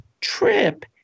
trip